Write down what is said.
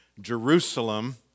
Jerusalem